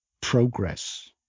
progress